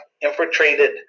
infiltrated